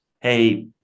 hey